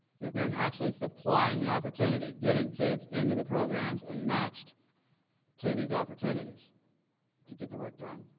okay? then actually supplying the opportunity, getting kids into the programs and matched to these opportunities to get the work done.